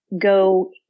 go